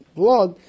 blood